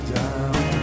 down